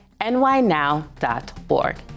nynow.org